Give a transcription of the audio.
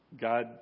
God